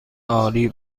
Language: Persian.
عالی